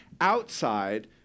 outside